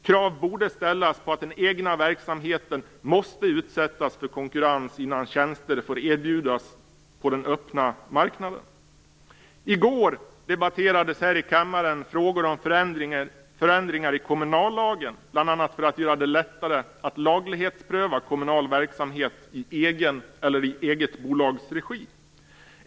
Krav borde ställas på att den egna verksamheten måste utsättas för konkurrens innan tjänster får erbjudas på den öppna marknaden. I går debatterades här i kammaren frågor om förändringar i kommunallagen, bl.a. för att göra det lättare att laglighetspröva kommunal verksamhet i egen eller i eget bolags regi.